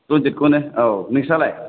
रणजितखौनो आव नोंसिनालाय